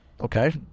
Okay